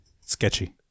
sketchy